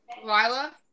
Lila